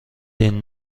این